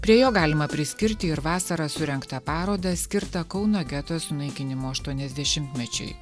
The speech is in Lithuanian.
prie jo galima priskirti ir vasarą surengtą parodą skirtą kauno geto sunaikinimo aštuoniasdešimtmečiui